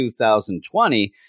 2020